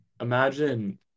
Imagine